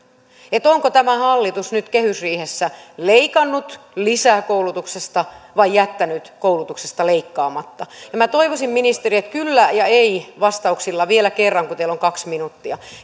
onko tämä hallitus nyt kehysriihessä leikannut lisää koulutuksesta vai jättänyt koulutuksesta leikkaamatta ja minä toivoisin ministeri että kyllä tai ei vastauksella vielä kerran kertoisitte meille kun teillä on kaksi minuuttia